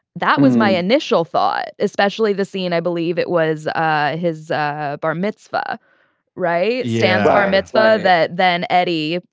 that was my initial thought especially the scene i believe it was ah his ah bar mitzvah right. stan bar mitzvah that then edie.